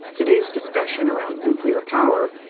today's discussion around nuclear power,